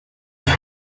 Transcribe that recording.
دلت